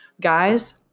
Guys